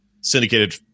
syndicated